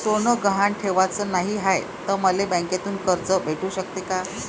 सोनं गहान ठेवाच नाही हाय, त मले बँकेतून कर्ज भेटू शकते का?